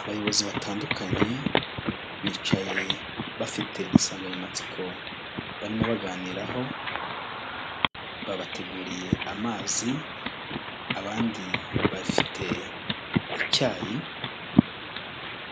Abayobozi batandukanye, bicaye bafite insanganyamatsiko barimo baganiraho, babateguriye amazi, abandi bafite icyayi,